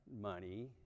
money